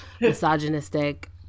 misogynistic